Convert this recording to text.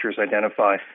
identify